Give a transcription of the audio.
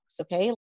okay